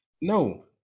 No